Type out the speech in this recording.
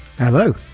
Hello